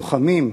לוחמים,